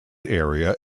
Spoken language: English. area